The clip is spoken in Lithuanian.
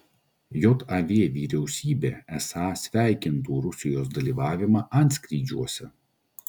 jav vyriausybė esą sveikintų rusijos dalyvavimą antskrydžiuose